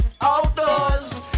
Outdoors